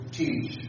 teach